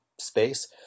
space